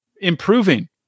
improving